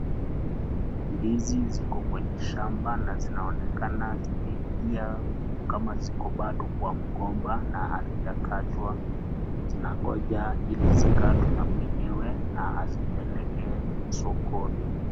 Ndizi ziko kwenye shamba na zinaonekana zimeingia kama ziko bado kwa mgomba, na hazija katwa zinangoja ili zikatwe na mwenyewe na zipelekwe sokoni.